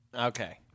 okay